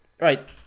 right